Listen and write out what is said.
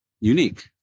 unique